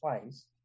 twice